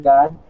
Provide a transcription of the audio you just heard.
God